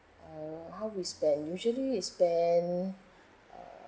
uh how we spend uh usually we spend uh